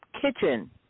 kitchen